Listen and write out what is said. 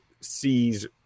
sees